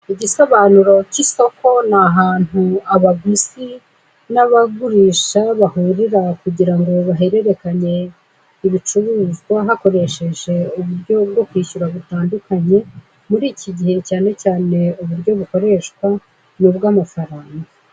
Igisobanuro k'isoko ni ahantu abaguzi n'abagurisha bahurira kugira ngo bahererekanye ibicuruzwa hakoresheje uburyo bwo kwishyura bitandukanye, muri iki gihe cyane cyane uburyo bukoreshwa ni ubw'amafaranga.